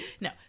No